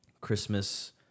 Christmas